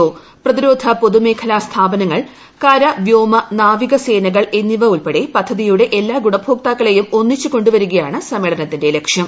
O പ്രതിരോധ പൊതുമേഖലാ സ്ഥാപനങ്ങൾ കര വ്യോമ നാവിക സേനകൾ എന്നിവ ഉൾപ്പെടെ പദ്ധതിയുടെ എല്ലാ ഗുണഭോക്താക്കളെയും ഒന്നിച്ചുകൊണ്ടുവരികയാണ് സമ്മേളനത്തിന്റെ ലക്ഷ്യം